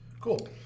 cool